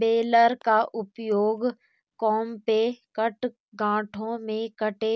baler का उपयोग compact गांठों में कटे